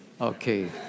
okay